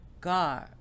god